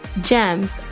GEMS